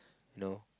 know